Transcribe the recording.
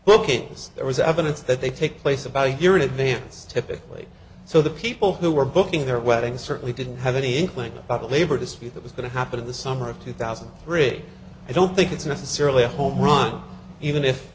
bookings there was evidence that they take place about a year in advance typically so the people who were booking their weddings certainly didn't have any inkling of a labor dispute that was going to happen in the summer of two thousand and three i don't think it's necessarily a homerun even if